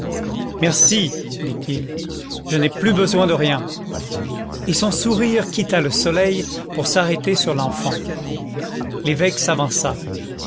merci dit-il je n'ai plus besoin de rien et son sourire quitta le soleil pour s'arrêter sur l'enfant l'évêque s'avança